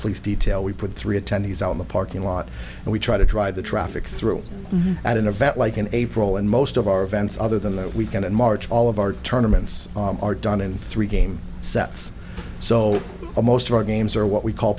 police detail we put three attendees out in the parking lot and we try to drive the traffic through at an event like in april and most of our events other than that we can in march all of our tournaments are done in three game sets so most of our games are what we call